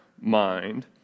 mind